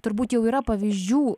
turbūt jau yra pavyzdžių